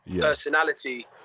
personality